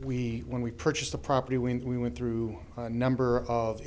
we when we purchased the property when we went through a number of